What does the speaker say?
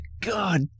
God